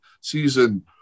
season